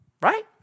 right